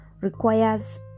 requires